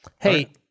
Hey